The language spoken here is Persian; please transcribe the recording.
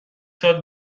سال